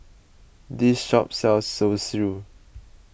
this shop sells Zosui